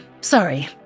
sorry